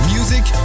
Music